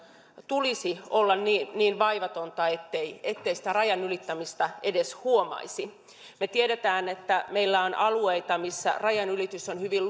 tulisi olla niin niin vaivatonta ettei ettei sitä rajan ylittämistä edes huomaisi me tiedämme että meillä on alueita missä rajanylitys on hyvin